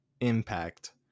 impact